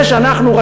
זה שאנחנו,